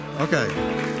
Okay